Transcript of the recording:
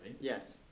Yes